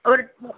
ஒரு மூ